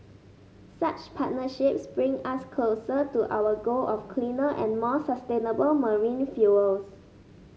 such partnerships bring us closer to our goal of cleaner and more sustainable marine fuels